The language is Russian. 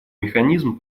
механизм